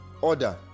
order